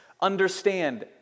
understand